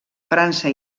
frança